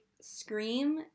scream